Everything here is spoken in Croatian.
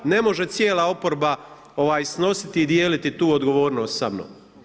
Ne može cijela oporba snositi i dijeliti tu odgovornost sa mnom.